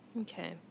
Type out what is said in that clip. Okay